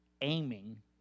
aiming